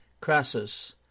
Crassus